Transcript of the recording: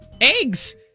eggs